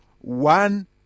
one